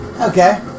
Okay